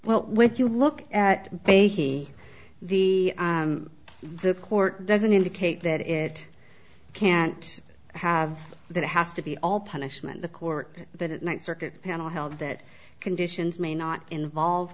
well with you look at a he the the court doesn't indicate that it can't have that it has to be all punishment the court that it might circuit panel held that conditions may not involve